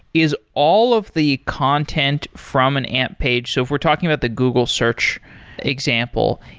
is all of the content from an amp page so if we're talking about the google search example,